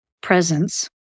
presence